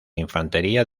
infantería